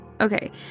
Okay